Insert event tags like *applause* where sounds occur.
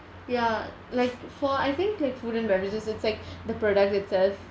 ya like for I think like food and beverages it's like *breath* the products itself